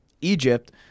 Egypt